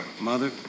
Mother